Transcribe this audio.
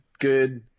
good